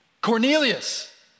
Cornelius